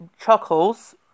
Chuckles